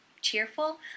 cheerful